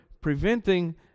preventing